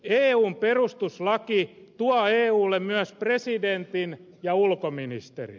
eu perustuslaki tuo eulle myös presidentin ja ulkoministerin